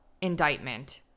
indictment